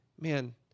man